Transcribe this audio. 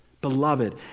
beloved